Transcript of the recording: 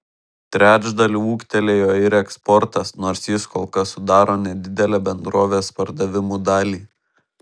trečdaliu ūgtelėjo ir eksportas nors jis kol kas sudaro nedidelę bendrovės pardavimų dalį